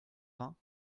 vingt